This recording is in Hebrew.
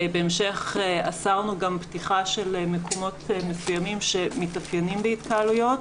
בהמשך אסרנו גם פתיחה של מקומות מסוימים שמתאפיינים בהתקהלויות,